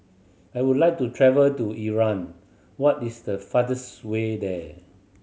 I would like to travel to Iran what is the fastest way there